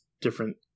different